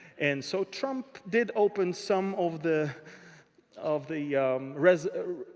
and so trump did open some of the of the reserves.